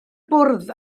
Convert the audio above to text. bwrdd